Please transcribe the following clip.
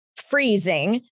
freezing